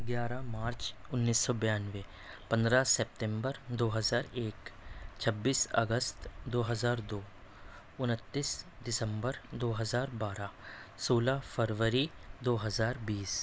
گیارہ مارچ اُنیس سو بیانوے پندرہ ستمبر دو ہزار ایک چھبیس اگست دو ہزار دو اُنتیس دسمبر دو ہزار بارہ سولہ فروری دو ہزار بیس